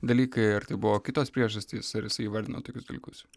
dalykai ar tai buvo kitos priežastys ar jisai įvardino tokius dalykus